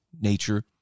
nature